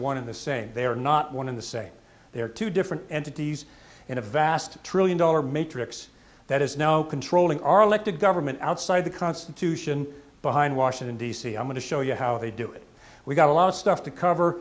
one in the same they are not one in the say they are two different entities in a vast trillion dollar matrix that is now controlling our elected government outside the constitution behind washington d c i'm going to show you how they do it we've got a lot of stuff to cover